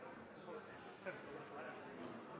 Det får